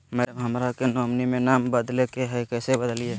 madam, हमरा के nominee में नाम बदले के हैं, कैसे बदलिए